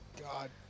God